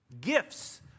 Gifts